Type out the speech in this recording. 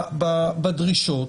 בדרישות.